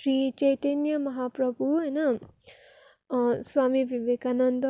श्री चेतन्य महाप्रभु होइन स्वामी विवेकानन्द